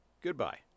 goodbye